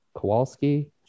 Kowalski